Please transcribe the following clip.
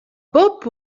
بوب